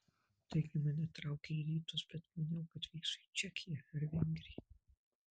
taigi mane traukė į rytus bet maniau kad vyksiu į čekiją ar vengriją